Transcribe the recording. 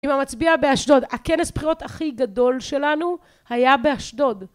אמא מצביעה באשדוד, הכנס בחירות הכי גדול שלנו היה באשדוד